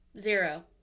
Zero